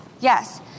yes